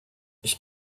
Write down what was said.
ich